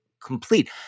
Complete